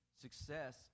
Success